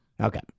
Okay